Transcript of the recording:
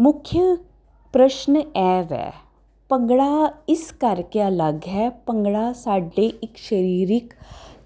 ਮੁਖਯ ਪ੍ਰਸ਼ਨ ਇਹ ਵੈ ਭੰਗੜਾ ਇਸ ਕਰਕੇ ਅਲੱਗ ਹੈ ਭੰਗੜਾ ਸਾਡੇ ਇੱਕ ਸਰੀਰਕ